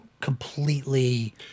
completely